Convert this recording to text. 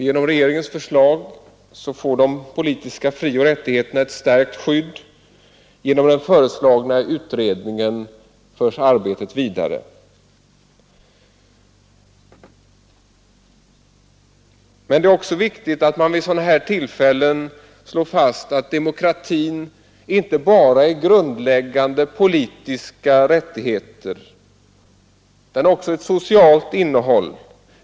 Genom regeringens förslag får de politiska frioch rättigheterna ett starkt skydd, och arbetet förs vidare genom den föreslagna utredningen. Det är emellertid viktigt att man vid sådana här tillfällen slår fast att demokratin inte bara är grundläggande politiska rättigheter; den har också ett socialt innehåll.